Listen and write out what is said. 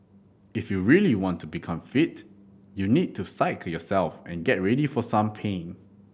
if you really want to become fit you need to psyche yourself and get ready for some pain